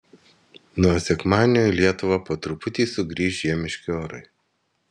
nuo sekmadienio į lietuvą po truputį sugrįš žiemiški orai